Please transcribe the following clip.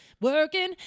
working